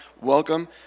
welcome